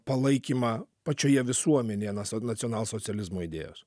palaikymą pačioje visuomenėje nacio nacionalsocializmo idėjos